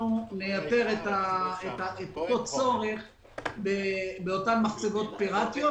נייתר את הצורך באותן מחצבות פירטיות,